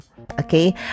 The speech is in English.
okay